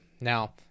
Now